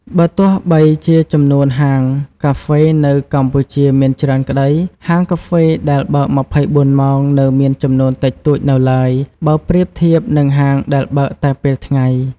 បើទោះបីជាចំនួនហាងកាហ្វេនៅកម្ពុជាមានច្រើនក្តី ហាងកាហ្វេដែលបើក ២៤ ម៉ោងនៅមានចំនួនតិចតួចនៅឡើយ បើប្រៀបធៀបនឹងហាងដែលបើកតែពេលថ្ងៃ។